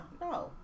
No